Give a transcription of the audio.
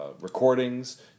recordings